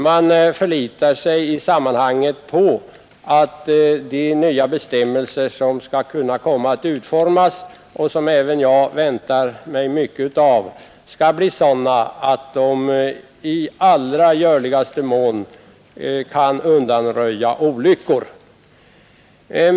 Man förlitar sig i sammanhanget på att de nya bestämmelser som skall kunna komma att utformas och som även jag väntar mig mycket av skall bli sådana att de i allra görligaste mån kan undanröja olyckor.